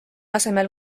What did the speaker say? asemel